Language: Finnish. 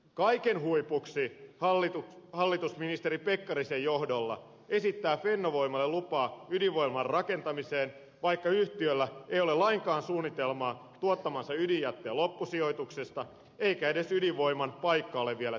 kaiken huipuksi hallitus ministeri pekkarisen johdolla esittää fennovoimalle lupaa ydinvoimalan rakentamiseen vaikka yhtiöllä ei ole lainkaan suunnitelmaa tuottamansa ydinjätteen loppusijoituksesta eikä edes ydinvoimalan paikka ole vielä tiedossamme